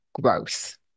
growth